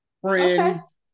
Friends